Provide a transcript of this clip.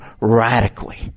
radically